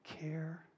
care